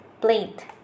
plate